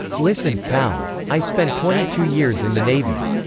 listen, pal. i spent twenty two years in the navy.